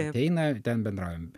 ateina ten bendraujam